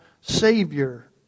Savior